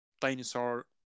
dinosaur